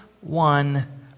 one